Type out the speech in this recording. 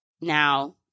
Now